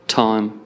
time